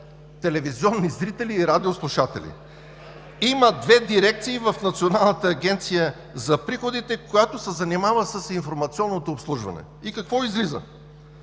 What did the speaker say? телевизионни зрители и радиослушатели! Има две дирекции в Националната агенция за приходите, която се занимава с информационното обслужване. И какво излиза?